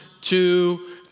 two